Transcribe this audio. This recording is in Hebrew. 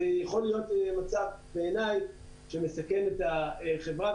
זה יכול להיות מצב שבעיניי שמסכן את החברה,